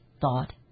thought